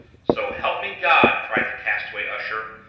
so help me god! cried the castaway usher,